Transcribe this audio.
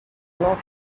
not